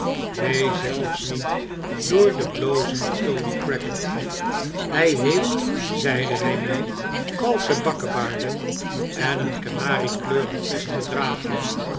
neen zelfs niet door den blozenden toby crackit hij heeft zeide hij mij valsche bakkebaarden en een kanariekleurig vest